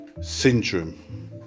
Syndrome